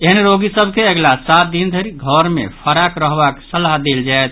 एहन रोगी सभ के अगिला सात दिन धरि घर मे फराक रहबाक सलाह देल जायत